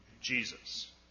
Jesus